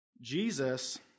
Jesus